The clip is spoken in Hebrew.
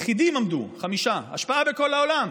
יחידים עמדו, חמישה, השפעה בכל העולם.